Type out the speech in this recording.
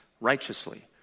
righteously